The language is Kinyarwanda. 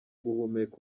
guhumeka